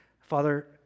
Father